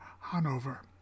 Hanover